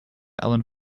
ellen